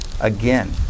again